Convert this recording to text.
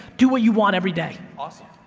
do what you want every day. awesome.